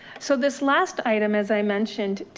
so this last item, as i mentioned,